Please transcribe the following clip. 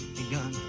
begun